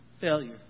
failure